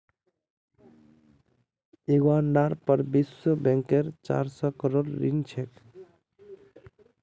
युगांडार पर विश्व बैंकेर चार सौ करोड़ ऋण छेक